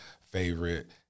favorite